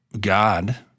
God